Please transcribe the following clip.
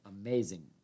amazing